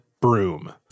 broom